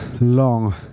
long